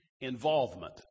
involvement